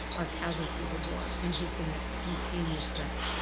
are casualties of war and he's gonna contain the threat.